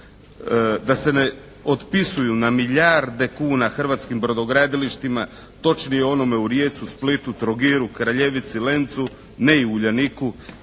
Da se ne otpisuju na milijarde kuna hrvatskim brodogradilištima, točnije onome u Rijeci, u Splitu, Trogiru, Kraljevici, Lencu, ne i Uljaniku